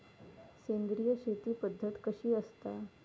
सेंद्रिय शेती पद्धत कशी असता?